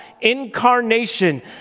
incarnation